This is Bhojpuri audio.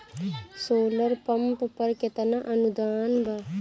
सोलर पंप पर केतना अनुदान बा?